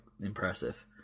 impressive